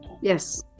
yes